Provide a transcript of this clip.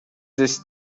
this